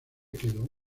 quedó